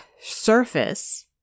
surface